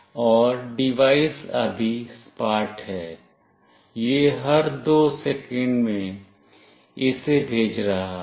और डिवाइस अभी सपाट है यह हर दो सेकंड में इसे भेज रहा है